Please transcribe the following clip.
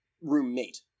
Roommate